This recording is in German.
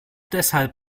deshalb